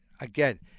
again